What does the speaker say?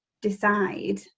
decide